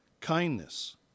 kindness